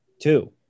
Two